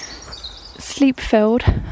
sleep-filled